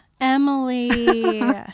Emily